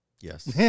Yes